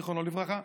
זיכרונו לברכה,